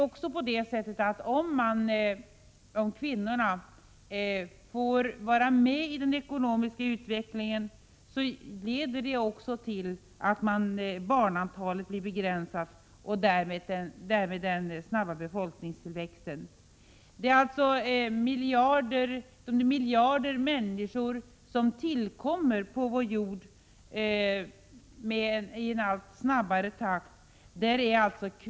Om kvinnorna får vara med i den ekonomiska utvecklingen leder det också till att barnantalet blir begränsat och därmed den snabba befolkningstillväxten. Ett av våra allra största problem är de miljarder människor som tillkommer på vår jord i en allt snabbare takt.